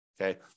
Okay